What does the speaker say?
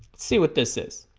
see what this is